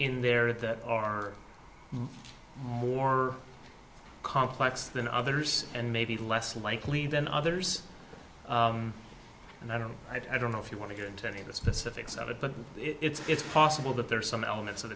in there that are more complex than others and maybe less likely than others and i don't i don't know if you want to get into any of the specifics of it but it's possible that there are some elements of